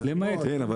--- כן,